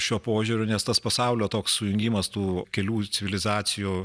šiuo požiūriu nes tas pasaulio toks sujungimas tų kelių civilizacijų